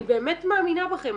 אני באמת מאמינה בכם,